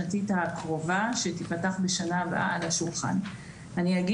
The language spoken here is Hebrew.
המהותית היא שתהיה להם בגרות בפיזיקה ובמתמטיקה -- אני מבקש